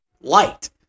light